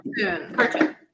Cartoon